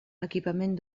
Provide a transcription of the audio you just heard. equipament